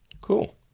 cool